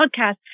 podcast